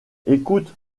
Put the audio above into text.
écoute